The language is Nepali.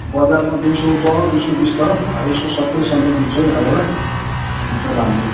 बजारमा दुई सय छ दुई सय बिस छ एक सय सत्तरीसम्म दिन्छ यहाँबाट